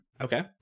Okay